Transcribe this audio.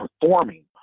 performing